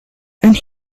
and